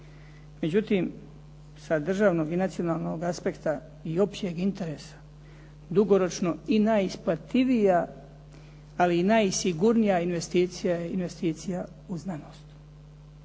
Međutim, sa državnog i nacionalnog aspekta i općeg interesa dugoročno i najisplativija, ali i najsigurnija investicija je investicija u znanost.